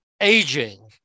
aging